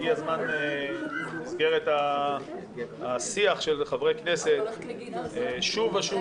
הגיע הזמן במסגרת השיח של חברי כנסת, שוב ושוב